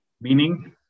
Meaning